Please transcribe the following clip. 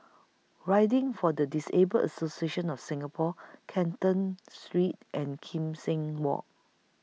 Riding For The Disabled Association of Singapore Canton Street and Kim Seng Walk